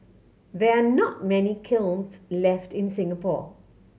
there are not many kilns left in Singapore